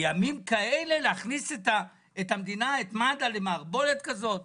בימים כאלה להכניס את המדינה ואת מד"א למערבולת כזאת?